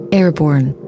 airborne